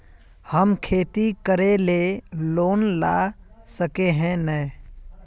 हम खेती करे ले लोन ला सके है नय?